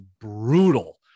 brutal